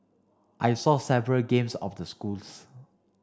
I saw several games of the schools